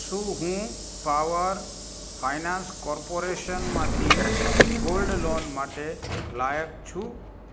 શું હું power finance કોર્પોરેશનમાંથી ગોલ્ડ લોન માટે લાયક છું